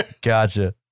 Gotcha